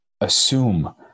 assume